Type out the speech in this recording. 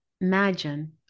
imagine